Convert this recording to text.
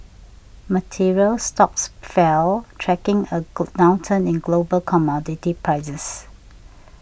materials stocks fell tracking a go downturn in global commodity prices